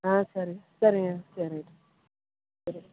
ஆ சரி சரிங்க சரி ரைட் சரி